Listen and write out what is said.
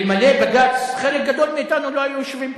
אלמלא בג"ץ, חלק גדול מאתנו לא היו יושבים כאן.